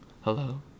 hello